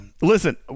Listen